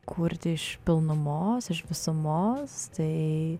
kurti iš pilnumos iš visumos tai